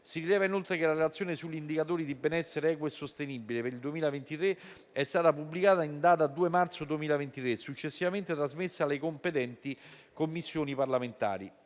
Si rileva inoltre che la relazione sugli indicatori di benessere equo e sostenibile per il 2023 è stata pubblicata in data 2 marzo 2023 e successivamente trasmessa alle competenti Commissioni parlamentari.